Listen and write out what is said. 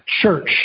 church